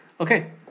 Okay